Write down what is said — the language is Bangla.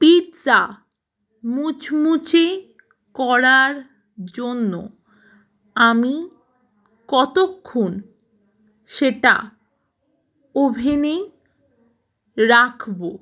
পিৎজা মুচমুচে করার জন্য আমি কতক্ষণ সেটা ওভেনে রাখব